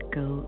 go